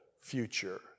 future